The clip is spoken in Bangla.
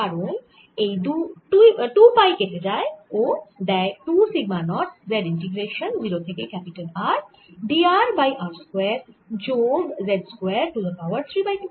কারণ এই 2 পাই কেটে যায় ও দেয় 2 সিগমা নট z ইন্টিগ্রেশান 0 থেকে capital R d r by r square যোগ z square to the power 3 by 2